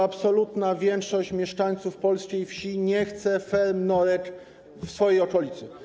Absolutna większość mieszkańców polskiej wsi nie chce ferm norek w swojej okolicy.